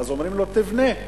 ואז אומרים לו: תבנה,